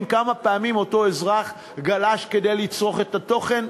כמה פעמים אותו אזרח גלש כדי לצרוך את התוכן,